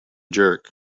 jerk